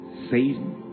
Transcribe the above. Satan